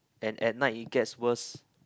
and at night it gets worse